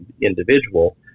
individual